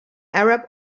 arab